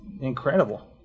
Incredible